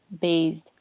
based